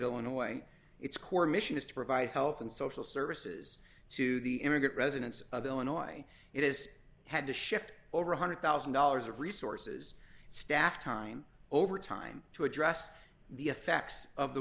illinois its core mission is to provide health and social services to the immigrant residents of illinois it is had to shift over one hundred thousand dollars of resources staff time over time to address the effects of the